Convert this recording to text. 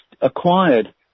acquired